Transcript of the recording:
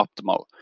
optimal